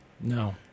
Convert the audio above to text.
No